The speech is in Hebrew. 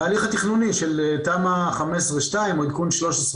בהליך התכנוני של תמ"א 15/ 2 או עדכון 13 תמ"א 1,